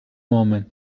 moment